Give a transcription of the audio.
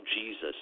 Jesus